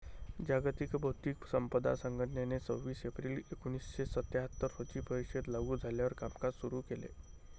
जागतिक बौद्धिक संपदा संघटनेने सव्वीस एप्रिल एकोणीसशे सत्याहत्तर रोजी परिषद लागू झाल्यावर कामकाज सुरू केले